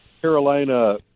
Carolina